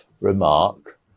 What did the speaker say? remark